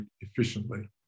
efficiently